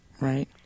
right